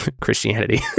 Christianity